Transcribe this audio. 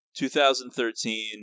2013